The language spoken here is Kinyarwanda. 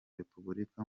repubulika